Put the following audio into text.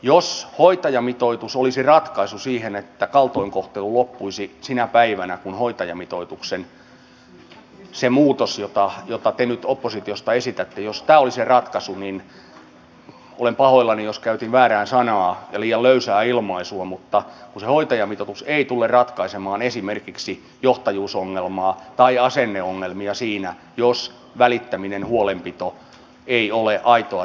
jos hoitajamitoitus olisi ratkaisu siihen kaltoinkohtelu loppuisi sinä päivänä kun hoitajamitoituksen se muutos jota te nyt oppositiosta esitätte jos tämä oli se ratkaisu niin olen pahoillani jos käytin väärää sanaa ja liian löysää ilmaisua mutta kun se hoitajamitoitus ei tule ratkaisemaan esimerkiksi johtajuusongelmaa tai asenneongelmia siinä jos välittäminen huolenpito ei ole aitoa